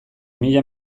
mila